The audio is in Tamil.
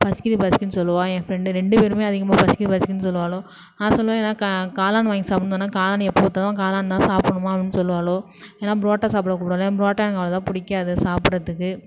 பசிக்கிறது பசிக்கிறதுன்னு சொல்லுவா என் ஃப்ரெண்ட் ரெண்டு பேருமே அதிகமாக பசிக்கிறது பசிக்கிறதுன்னு சொல்லுவாளோக நான் சொல்லுவேன் எதுனா கா காளான் வாங்கி சாப்புடுன்னு சொன்னால் காளானே எப்போ பார்த்தாலும் காளான்தான் சாப்புடணுமா அப்புடின்னு சொல்லுவாளோக இல்லைன்னா பரோட்டா சாப்பிட கூப்பிடுவாளோக எனக்கு பரோட்டா எனக்கு அவளோதா பிடிக்காது சாப்பிட்றத்துக்கு